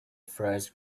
first